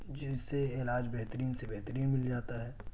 جن سے علاج بہترین سے بہترین مل جاتا ہے